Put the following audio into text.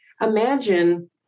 imagine